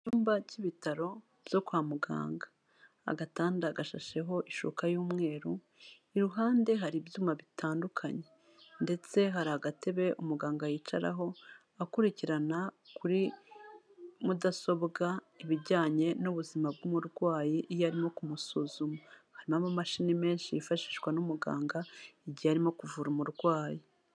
Mu cyumba by'ibitaro byo kwa muganga, agatanda gashasheho ishuka y'umweru, iruhande hari ibyuma bitandukanye, ndetse hari agatebe umuganga yicaraho, akurikirana kuri Mudasobwa ibijyanye n'ubuzima bw'umurwayi iyo arimo kumusuzuma, harimo amamashini menshi yifashishwa n'umuganga igihe arimo kuvura umurwayi.